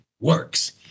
works